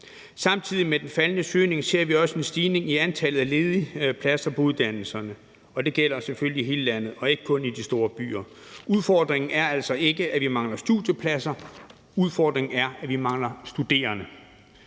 Samtidig med den faldende søgning ser vi også en stigning i antallet af ledige pladser på uddannelserne, og det gælder ikke kun i de store byer, men selvfølgelig også i hele landet. Udfordringen er altså ikke, at vi mangler studiepladser, men udfordringen er, at vi mangler studerende.